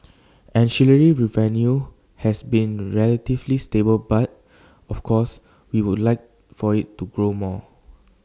ancillary revenue has been relatively stable but of course we would like for IT to grow more